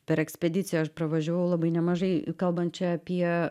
per ekspediciją aš pravažiavau labai nemažai kalbant čia apie